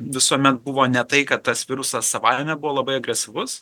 visuomet buvo ne tai kad tas virusas savaime buvo labai agresyvus